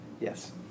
Yes